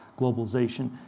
globalization